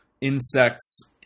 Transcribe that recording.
insects